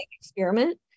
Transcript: experiment